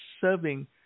serving